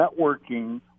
networking